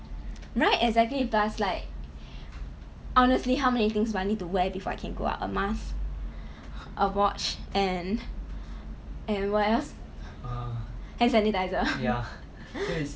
right exactly plus like honestly how many things do I need to wear before I can go out a mask a watch and and what else hand sanitiser